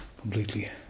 completely